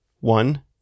One